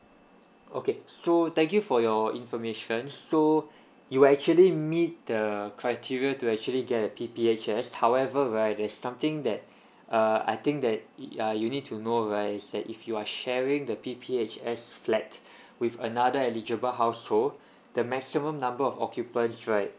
okay so thank you for your information so you actually meet the criteria to actually get a P_P_H_S however right there's something that uh I think that it uh you need to know right is that if you are sharing the P_P_H_S flat with another eligible household the maximum number of occupants right